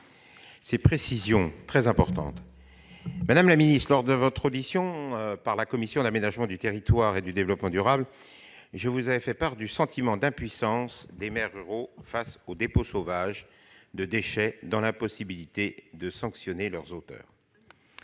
ces précisions très importantes. Madame la secrétaire d'État, lors de votre audition par la commission de l'aménagement du territoire et du développement durable, je vous avais fait part du sentiment d'impuissance des maires ruraux face aux dépôts sauvages de déchets, dont ils sont dans l'impossibilité de sanctionner les auteurs.